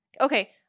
Okay